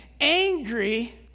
angry